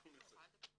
אנחנו נצא.